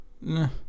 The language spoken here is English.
No